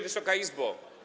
Wysoka Izbo!